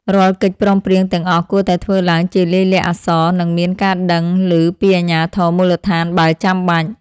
រាល់កិច្ចព្រមព្រៀងទាំងអស់គួរតែធ្វើឡើងជាលាយលក្ខណ៍អក្សរ និងមានការដឹងឮពីអាជ្ញាធរមូលដ្ឋានបើចាំបាច់។